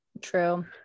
True